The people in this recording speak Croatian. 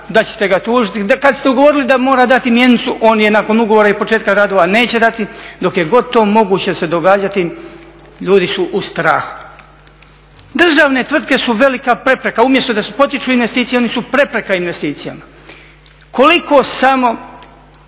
da ćete ga tužiti, kad ste ugovorili da mora dati mjenicu on je nakon ugovora i početka rada neće dati dok je god to moguće se događati ljudi su u strahu. Državne tvrtke su velika prepreka umjesto da potiču investicije, oni su prepreka investicija. Koliko samo